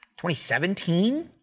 2017